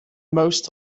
most